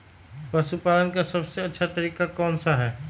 पशु पालन का सबसे अच्छा तरीका कौन सा हैँ?